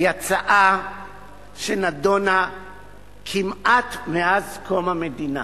היא הצעה שנדונה כמעט מאז קום המדינה